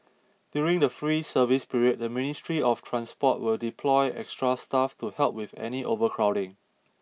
during the free service period the Ministry of Transport will deploy extra staff to help with any overcrowding